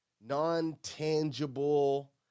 non-tangible